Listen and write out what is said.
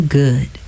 good